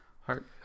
heart